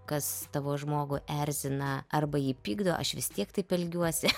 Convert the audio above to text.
kas tavo žmogų erzina arba jį pykdo aš vis tiek taip elgiuosi